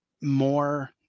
more